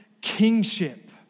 kingship